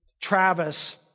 Travis